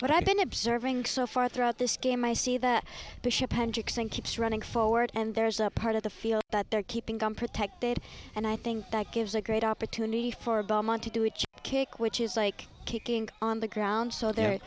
what i've been observing so far throughout this game i see that the ship hendrickson keeps running forward and there's a part of the field that they're keeping them protected and i think that gives a great opportunity for belmont to do it kick which is like kicking on the ground